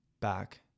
back